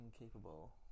incapable